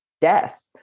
death